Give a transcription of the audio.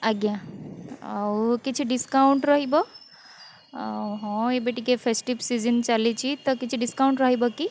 ଆଜ୍ଞା ଆଉ କିଛି ଡିସକାଉଣ୍ଟ୍ ରହିବ ଆଉ ହଁ ଏବେ ଟିକିଏ ଫେଷ୍ଟିଭ୍ ସିଜିନ୍ ଚାଲିଛି ତ କିଛି ଡିସକାଉଣ୍ଟ୍ ରହିବ କି